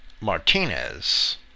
Martinez